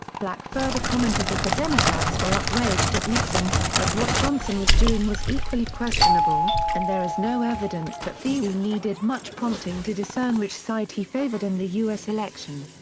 black further commented that the democrats were outraged at nixon, but what johnson was doing was equally questionable, and there is no evidence that thieu needed much prompting to discern which side he favored in the u s. election.